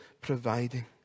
providing